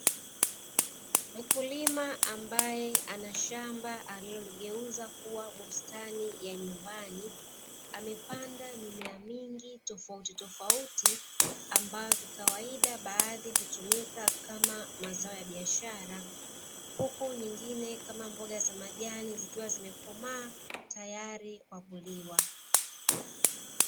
Mkulima ambaye ana shamba aliloligeuza kuwa bustani ya nyumbani, amepanda mimea mingi tofautitofauti ambayo kikawaida baadhi hutumika kama mazao ya biashara, huku nyingine kama mboga za majani zikiwa zimekomaa tayari kwa kuliwa.